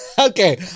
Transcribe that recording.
okay